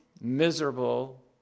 miserable